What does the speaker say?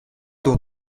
doit